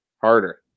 harder